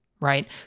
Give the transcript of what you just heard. right